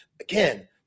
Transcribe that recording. again